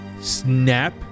snap